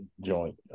joint